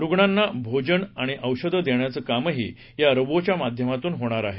रुग्णांना भोजन आणि औषधं देण्याचं कामंही या रोबोटच्या माध्यमातून होणार आहे